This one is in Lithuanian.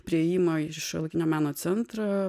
prie įėjimo į šiuolaikinio meno centrą